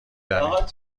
دانیم